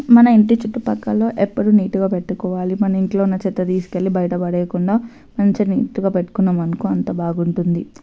మన ఇంటి చుట్టుపక్కలో ఎప్పుడు నీట్గా పెట్టుకోవాలి మన ఇంట్లో ఉన్న చెత్త తీసుకెళ్ళి బయట పడేయకుండా మంచి నీట్గా పెట్టుకున్నాం అనుకో అంత బాగుంటుంది